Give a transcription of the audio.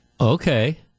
Okay